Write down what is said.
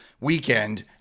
weekend